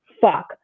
fuck